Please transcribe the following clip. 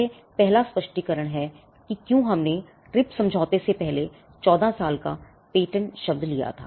यह पहला स्पष्टीकरण है कि क्यों हमने ट्रिप्स समझौते से पहले 14 साल का पेटेंट शब्द क्यों लिया था